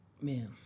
Man